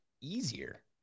easier